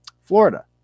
Florida